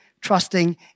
trusting